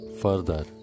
Further